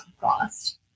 cost